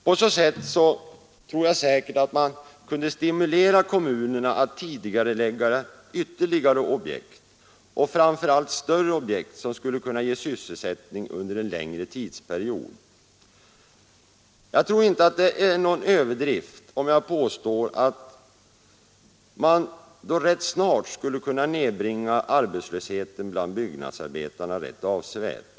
På så sätt tror jag säkert att man skulle kunna stimulera kommunerna att tidigarelägga ytterligare objekt, och framför allt större objekt som skulle kunna ge sysselsättning under en längre tidsperiod. Jag tror inte att det är någon överdrift om jag påstår att man då rätt snart skulle kunna nedbringa arbetslösheten bland byggnadsarbetarna ganska avsevärt.